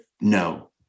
no